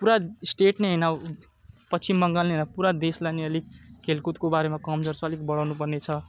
पुरा स्टेट नै होइन पश्चिम बङ्गाल नै होइन पुरा देशलाई नै अलिक खेलकुदको बारेमा कमजोर छ अलिक बढाउनु पर्ने छ